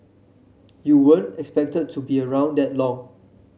you weren't expected to be around that long